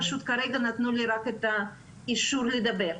פשוט כרגע נתנו לי רק את האישור לדבר.